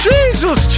Jesus